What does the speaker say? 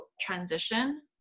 transition